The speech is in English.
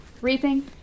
Reaping